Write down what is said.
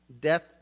death